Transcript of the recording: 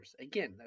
Again